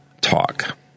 talk